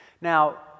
Now